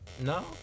No